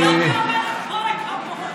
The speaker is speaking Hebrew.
גבי אומרת: כל הכבוד.